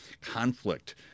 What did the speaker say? conflict